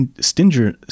stinger